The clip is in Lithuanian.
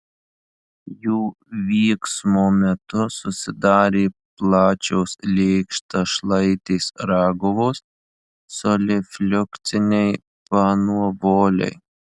jų vyksmo metu susidarė plačios lėkštašlaitės raguvos solifliukciniai panuovoliai